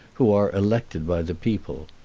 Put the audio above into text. who are elected by the people.